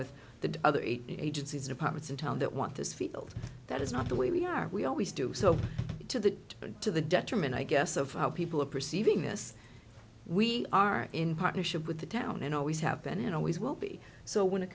with the other agencies departments in town that want this field that is not the way we are we always do so to that and to the detriment i guess of how people are perceiving this we are in partnership with the town and always have been and always will be so when